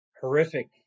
horrific